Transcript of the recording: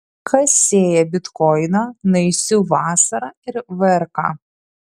kas sieja bitkoiną naisių vasarą ir vrk